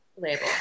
label